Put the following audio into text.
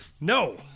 No